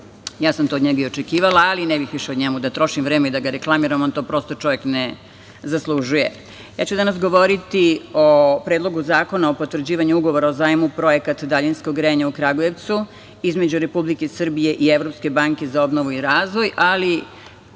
ja sam to od njega i očekivala, ali ne bih više o njemu da trošim vreme i da ga reklamiram, on to ne zaslužuje. Ja ću danas govoriti o Predlogu zakona o potvrđivanju Ugovora o zajmu - Projekat daljinskog grejanja u Kragujevcu, između Republike Srbije i Evropske banke za obnovu i razvoj, ali,